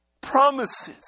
promises